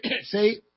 See